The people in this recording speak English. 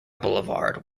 boulevard